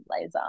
laser